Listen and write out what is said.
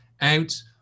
out